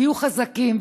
היו חזקים.